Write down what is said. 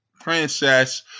Princess